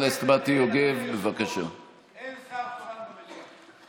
אני רק מבקש, אדוני היושב-ראש, אין שר במליאה.